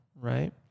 right